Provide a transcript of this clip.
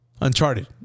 Uncharted